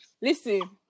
Listen